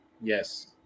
yes